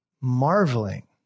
marveling